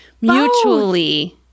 mutually